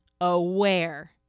aware